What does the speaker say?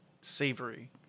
savory